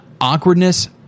awkwardness